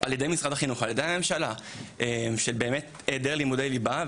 על ידי משרד החינוך ועל ידי הממשלה של היעדר לימודי ליבה,